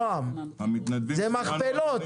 זה מכפלות.